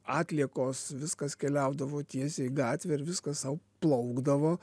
atliekos viskas keliaudavo tiesiai į gatvę ir viskas sau plaukdavo